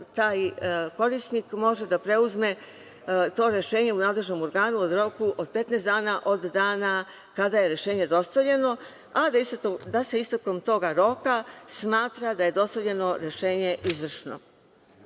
taj korisnik može da preuzme to rešenje u nadležnom organu u roku od 15 dana od dana kada je rešenje dostavljeno, a istekom toga roka smatra se da je dostavljeno rešenje izvršno. Tako